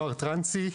הנוער הטרנסי,